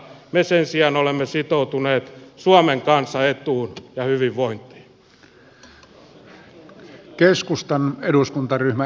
me sen sijaan olemme sitoutuneet suomen kansan etuun ja hyvinvointiin